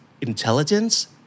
intelligence